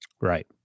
Right